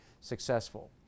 successful